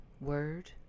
word